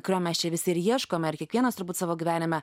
kurio mes čia visi ir ieškome ir kiekvienas turbūt savo gyvenime